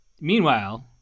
meanwhile